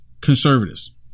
conservatives